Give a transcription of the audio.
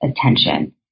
attention